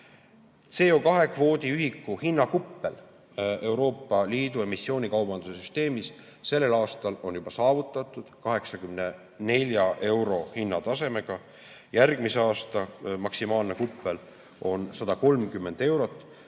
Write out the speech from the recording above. CO2kvoodi ühiku hinnakuppel on Euroopa Liidu emissioonikaubanduse süsteemis sellel aastal saavutanud juba 84-eurose hinnataseme. Järgmise aasta maksimaalne kuppel on 130 eurot